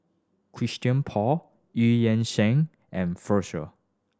Christian Paul Eu Yan Sang and